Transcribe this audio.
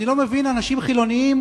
ואני לא מבין אנשים חילוניים,